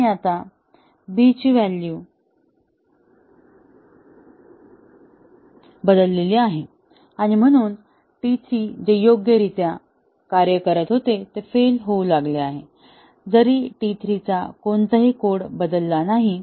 आणि आता आपण b ची व्हॅल्यू बदलली आहे आणि म्हणून T 3 जे योग्यरित्या कार्य करत होते ते फेल होऊ लागले आहे जरी T 3 चा कोणताही कोड बदलला नाही